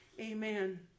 Amen